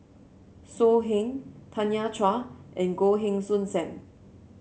So Heng Tanya Chua and Goh Heng Soon Sam